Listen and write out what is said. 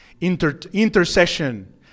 intercession